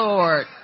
Lord